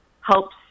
helps